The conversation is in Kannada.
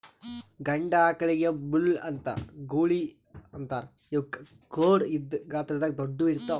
ಗಂಡ ಆಕಳಿಗ್ ಬುಲ್ ಅಥವಾ ಗೂಳಿ ಅಂತಾರ್ ಇವಕ್ಕ್ ಖೋಡ್ ಇದ್ದ್ ಗಾತ್ರದಾಗ್ ದೊಡ್ಡುವ್ ಇರ್ತವ್